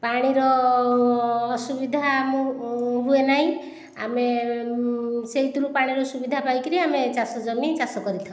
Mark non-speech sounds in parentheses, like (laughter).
ପାଣିର ଅସୁବିଧା (unintelligible) ହୁଏ ନାହିଁ ଆମେ ସେଥିରୁ ପାଣିର ସୁବିଧା ପାଇକରି ଆମେ ଚାଷ ଜମି ଚାଷ କରିଥାଉ